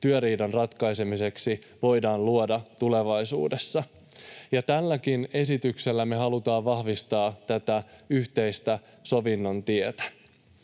työriidan ratkaisemiseksi voidaan luoda tulevaisuudessa, ja tälläkin esityksellä me halutaan vahvistaa tätä yhteistä sovinnon tietä.